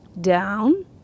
down